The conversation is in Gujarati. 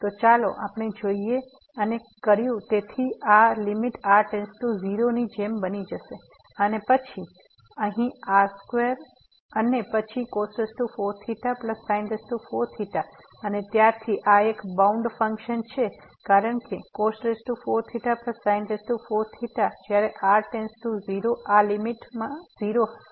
તો ચાલો આપણે જોઈએ અને કયુ તેથી આ લીમીટ r → 0 ની જેમ બની જશે અને પછી અહીં r2 અને પછી અને ત્યારથી આ એક બાઉન્ડ ફંક્શન છે કારણ કે જ્યારે r → 0 આ લીમીટ 0 હશે